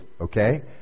okay